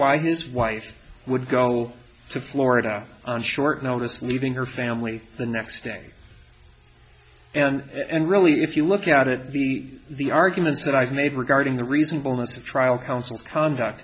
why his wife would go to florida on short notice leaving her family the next day and really if you look at it the the arguments that i've made regarding the reasonableness of trial counsel conduct